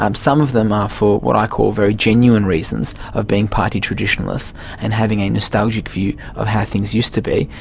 um some of them are for what i call very genuine reasons of being party traditionalists and having a nostalgic view of how things used to be,